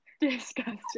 disgusting